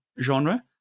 genre